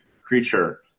creature